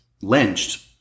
lynched